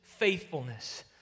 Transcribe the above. Faithfulness